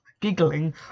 giggling